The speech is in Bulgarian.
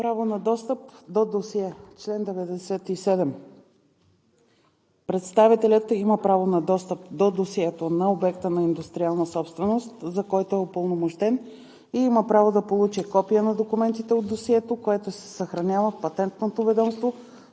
АДЛЕН ШЕВКЕД: „Право на достъп до досие Чл. 97. Представителят има право на достъп до досието на обекта на индустриална собственост, за който е упълномощен и има право да получи копие на документите от досието, което се съхранява в Патентното ведомство